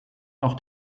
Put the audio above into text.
noch